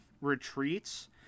retreats